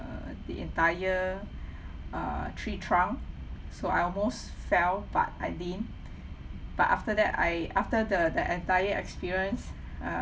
the entire uh tree trunk so I almost fell but I didn't but after that I after the the entire experience um